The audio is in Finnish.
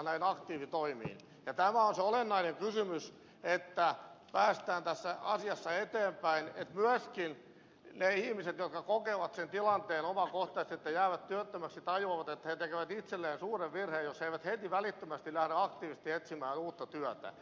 tämä on se olennainen kysymys että päästään tässä asiassa eteenpäin että myöskin ne ihmiset jotka kokevat sen tilanteen omakohtaisesti että jäävät työttömäksi tajuavat että he tekevät itselleen suuren virheen jos he eivät heti välittömästi lähde aktiivisesti etsimään uutta työtä